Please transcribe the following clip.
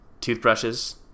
Toothbrushes